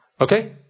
Okay